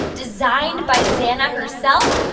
designed by zana herself,